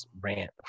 rant